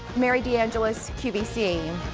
mary deangelis qvc.